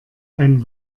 ein